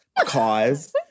cause